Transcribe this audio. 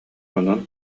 онон